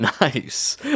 Nice